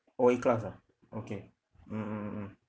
oh A class ah okay mm mm mm mm